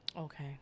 okay